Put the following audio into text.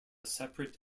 separate